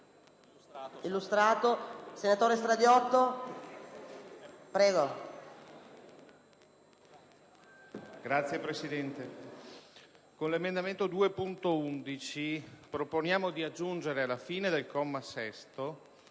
con l'emendamento 2.11 proponiamo di aggiungere alla fine del comma 6